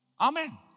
Amen